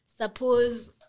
suppose